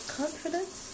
confidence